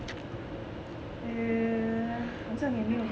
err 好像也没有